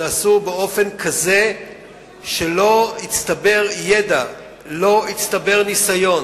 נעשו באופן כזה שלא הצטבר ידע ולא הצטבר ניסיון.